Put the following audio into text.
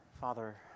Father